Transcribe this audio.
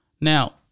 Now